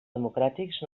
democràtics